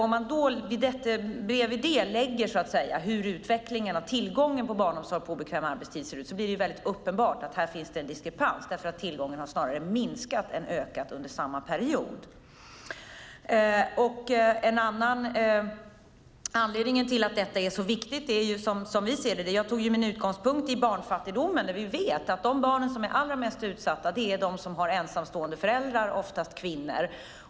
Om man till det lägger hur utvecklingen av tillgången till barnomsorg på obekväm arbetstid ser ut blir det uppenbart att här finns det en diskrepans, därför att tillgången snarare har minskat än ökat under samma period. Anledningen till att detta är så viktigt - jag tog ju min utgångspunkt i barnfattigdomen - är att vi vet att de barn som är allra mest utsatta är de som har ensamstående föräldrar, oftast kvinnor.